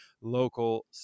local